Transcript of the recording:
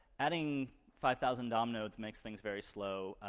adding five thousand dom nodes makes things very slow.